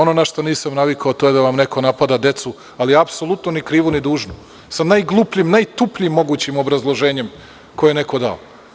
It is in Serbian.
Ono na šta nisam navikao, to je da vam neko napada decu, ali apsolutno ni krivu ni dužnu, sa najglupljim i najtupljim mogućim obrazloženjem koje je neko dao.